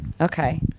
Okay